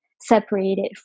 separated